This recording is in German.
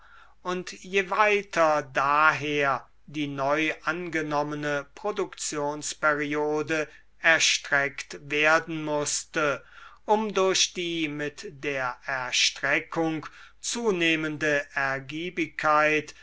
und je weiter daher die neu angenommene produktionsperiode erstreckt werden mußte um durch die mit der erstreckung zunehmende